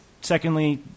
secondly